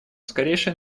скорейшее